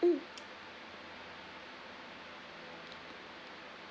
mm